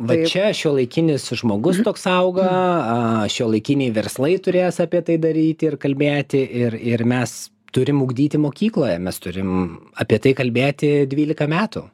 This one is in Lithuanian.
vat čia šiuolaikinis žmogus toks auga a šiuolaikiniai verslai turės apie tai daryti ir kalbėti ir ir mes turim ugdyti mokykloje mes turim apie tai kalbėti dvylika metų